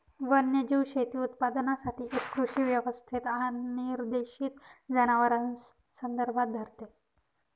वन्यजीव शेती उत्पादनासाठी एक कृषी व्यवस्थेत अनिर्देशित जनावरांस संदर्भात धरते